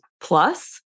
plus